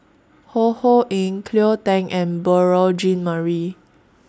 Ho Ho Ying Cleo Thang and Beurel Jean Marie